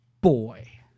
boy